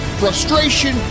frustration